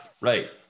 right